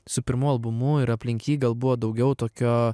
su pirmu albumu ir aplink jį gal buvo daugiau tokio